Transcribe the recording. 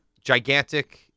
gigantic